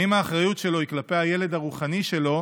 האם האחריות שלו היא כלפי הילד הרוחני שלו